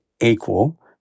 equal